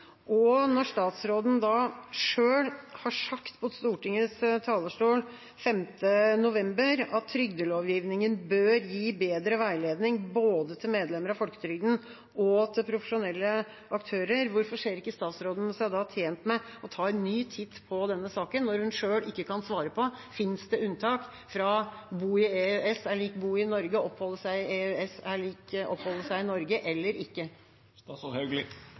Statsråden sa selv på Stortingets talerstol den 5. november: «Trygdelovgivningen bør gi bedre veiledning, både til medlemmer av folketrygden og til profesjonelle aktører.» Hvorfor ser ikke statsråden seg da tjent med å ta en ny titt på denne saken når hun selv ikke kan svare på om det fins unntak – fra det at å bo innen EØS er lik å bo i Norge, og å oppholde seg innen EØS er lik å oppholde seg i Norge – eller ikke?